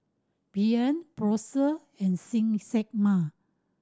Brien Prosper and Ximena